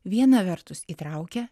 viena vertus įtraukia